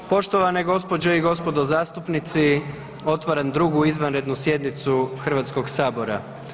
Poštovane gospođe i gospodo zastupnici, otvaram 2. izvanrednu sjednicu Hrvatskog sabora.